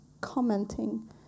commenting